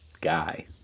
guy